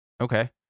okay